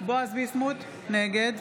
בועז ביסמוט, נגד